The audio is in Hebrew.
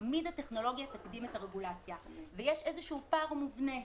תמיד הטכנולוגיה תקדים את הרגולציה ויש איזה שהוא פער מובנה,